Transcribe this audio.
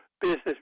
business